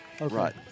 Right